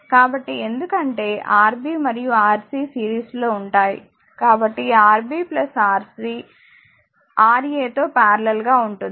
కాబట్టి ఎందుకంటే Rb మరియు Rc సిరీస్లో ఉంటాయి కాబట్టి Rb Rc Ra తో పారలెల్ గా ఉంటుంది